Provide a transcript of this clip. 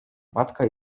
matka